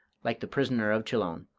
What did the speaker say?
like the prisoner of chillon.